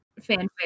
fanfic